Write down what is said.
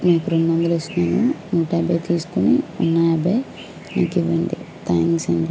మీకు రెండు వందలు ఇస్తున్నాను నూట యాభై తీసుకొని నా యాభై నాకు ఇవ్వండి థ్యాంక్స్ అండి